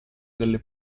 delle